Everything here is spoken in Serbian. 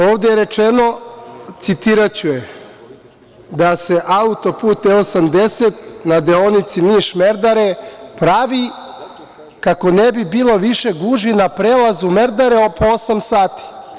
Ovde je rečeno, citiraću je: „Da se autoput E80, na deonici Niš-Merdare pravi kako ne bi bilo više gužvi na prelazu Merdare oko osam sati“